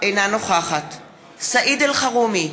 אינה נוכחת סעיד אלחרומי,